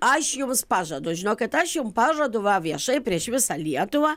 aš jums pažadu žinokit aš jum pažadu va viešai prieš visą lietuvą